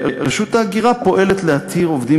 רשות ההגירה פועלת להתיר ייבוא עובדים